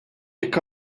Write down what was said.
jekk